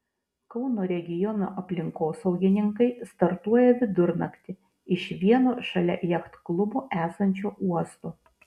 kauno regiono aplinkosaugininkai startuoja vidurnaktį iš vieno šalia jachtklubo esančio uosto